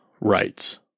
rights